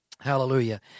Hallelujah